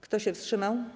Kto się wstrzymał?